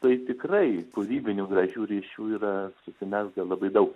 tai tikrai kūrybinių gražių ryšių yra susimezgę labai daug